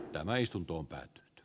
tämä istuntoon pää tb